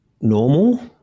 normal